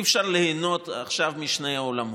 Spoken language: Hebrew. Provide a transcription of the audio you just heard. אי-אפשר ליהנות עכשיו משני העולמות.